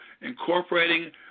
incorporating